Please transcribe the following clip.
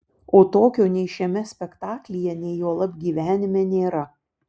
o tokio nei šiame spektaklyje nei juolab gyvenime nėra